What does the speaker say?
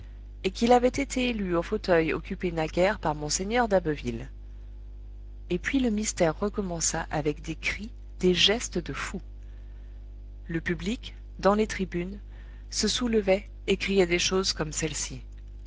et qu'il avait été élu au fauteuil occupé naguère par mgr d'abbeville et puis le mystère recommença avec des cris des gestes de fous le public dans les tribunes se soulevait et criait des choses comme celle-ci